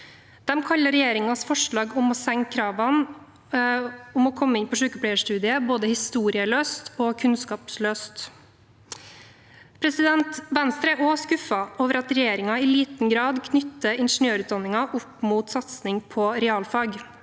De kaller regjeringens forslag om å senke kravene for å komme inn på sykepleierstudiet både historieløst og kunnskapsløst. Venstre er også skuffet over at regjeringen i liten grad knytter ingeniørutdanningen opp mot satsing på realfag,